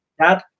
dad